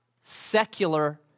secular